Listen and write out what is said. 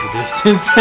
distance